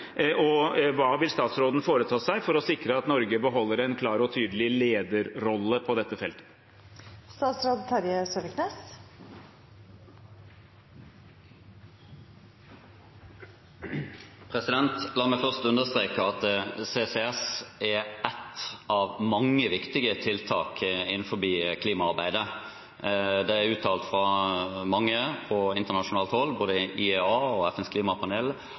Og hva vil statsråden foreta seg for å sikre at Norge beholder en klar og tydelig lederrolle på dette feltet? La meg først understreke at CCS er ett av mange viktige tiltak innenfor klimaarbeidet. Det er uttalt av mange fra internasjonalt hold, både IEA og FNs klimapanel,